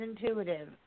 intuitive